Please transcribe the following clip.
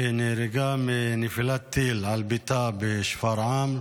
שנהרגה מנפילת טיל על ביתה בשפרעם.